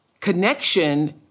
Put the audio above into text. connection